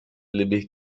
lebih